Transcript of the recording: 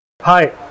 Hi